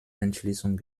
entschließung